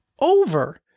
over